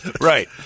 Right